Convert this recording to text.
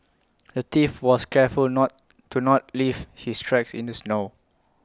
the thief was careful not to not leave his tracks in the snow